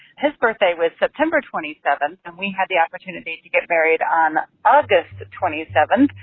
his birthday was september twenty seven, and we had the opportunity to get married on august twenty seven.